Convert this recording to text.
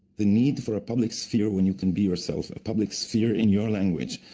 the need for a public sphere where you can be yourself, a public sphere in your language,